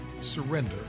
surrender